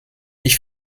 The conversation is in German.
mich